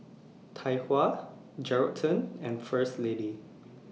Tai Hua Geraldton and First Lady